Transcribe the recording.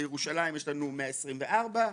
בירושלים יש לנו 124,